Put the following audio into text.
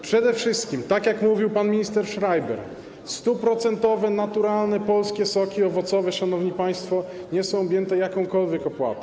Przede wszystkim, tak jak mówił pan minister Schreiber, 100-procentowe, naturalne polskie soki owocowe, szanowni państwo, nie są objęte jakąkolwiek opłatą.